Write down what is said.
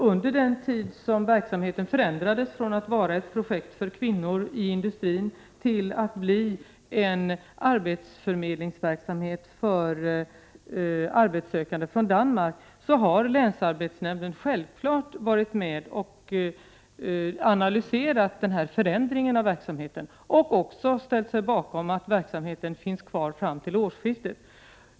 Under den tid som verksamheten förändrades från att vara ett projekt för kvinnor i industrin till en arbetsförmedlingsverksamhet för arbetssökande från Danmark har länsarbetsnämnden självfallet varit med och analyserat förändringen av verksamheten och också ställt sig bakom att verksamheten skall få finnas kvar fram till årsskiftet.